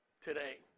today